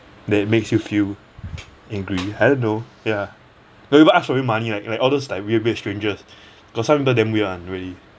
that makes you feel angry I don't know ya whoever ask for you money right like all those like weird weird strangers got some people damn weird one really